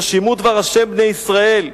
שמעו דבר ה' בני ישראל,